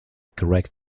correct